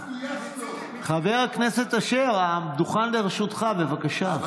חבר הכנסת אשר, הדוכן לרשותך, בבקשה.